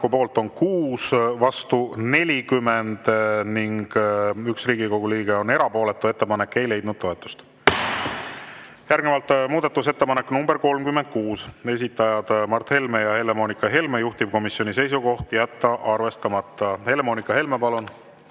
poolt on 6, vastu 40 ning 1 Riigikogu liige on erapooletu. Ettepanek ei leidnud toetust. Järgnevalt muudatusettepanek nr 36, esitajad Mart Helme ja Helle-Moonika Helme, juhtivkomisjoni seisukoht on jätta arvestamata. Helle-Moonika Helme, palun!